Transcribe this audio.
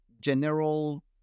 general